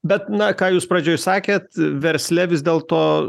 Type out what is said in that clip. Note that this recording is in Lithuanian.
bet na ką jūs pradžioj sakėt versle vis dėlto